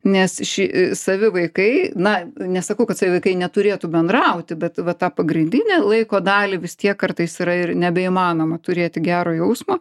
nes ši savi vaikai na nesakau kad savi vaikai neturėtų bendrauti bet va tą pagrindinę laiko dalį vis tiek kartais yra ir nebeįmanoma turėti gero jausmo